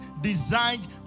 designed